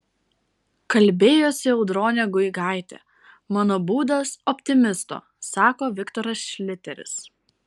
kalbėjosi audronė guigaitė mano būdas optimisto sako viktoras šliteris